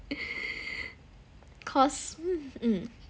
cause mm